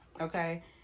okay